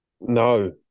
no